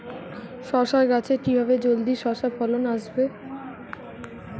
শশা গাছে কিভাবে জলদি শশা ফলন আসবে?